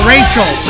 Rachel